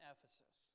Ephesus